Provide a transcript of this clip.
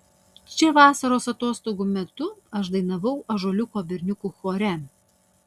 čia vasaros atostogų metu aš dainavau ąžuoliuko berniukų chore